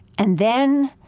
and then